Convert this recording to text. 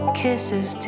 kisses